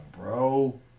bro